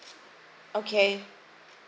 okay